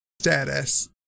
status